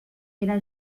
era